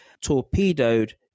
torpedoed